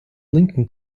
lincoln